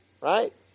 right